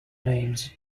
names